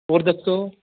ਹੋਰ ਦੱਸੋ